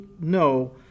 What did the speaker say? no